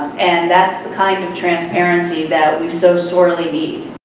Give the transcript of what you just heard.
and that's the kind of transparency that we so sorely need.